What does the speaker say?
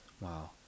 Wow